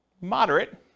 Moderate